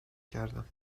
کردم